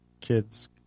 kid's